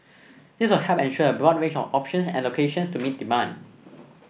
this will help ensure a broad range of options and locations to meet demand